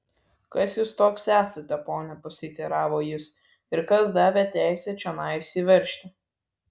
kas jūs toks esate pone pasiteiravo jis ir kas davė teisę čionai įsiveržti